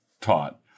taught